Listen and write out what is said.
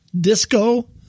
disco